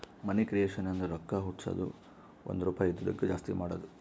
ಮನಿ creation ಅಂದುರ್ ರೊಕ್ಕಾ ಹುಟ್ಟುಸದ್ದು ಒಂದ್ ರುಪಾಯಿ ಇದಿದ್ದುಕ್ ಜಾಸ್ತಿ ಮಾಡದು